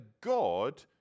God